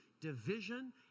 division